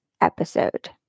episode